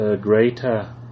greater